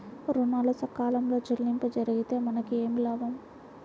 ఋణాలు సకాలంలో చెల్లింపు జరిగితే మనకు ఏమి లాభం?